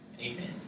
Amen